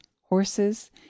horses